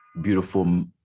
beautiful